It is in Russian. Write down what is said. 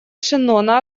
шеннона